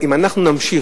שאין מספיק,